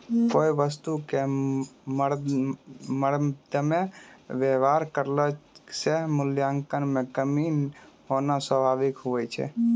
कोय वस्तु क मरदमे वेवहार करला से मूल्य म कमी होना स्वाभाविक हुवै छै